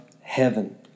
heaven